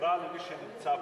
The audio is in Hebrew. שתקרא למי שנמצא פה,